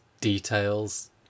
details